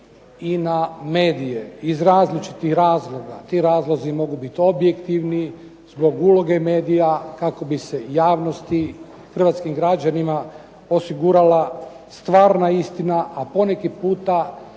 i na medije iz različitih razloga, ti razlozi mogu biti objektivni zbog uloge medija, kako bi se javnosti Hrvatskim građanima osigurala stvarna istina, poneki puta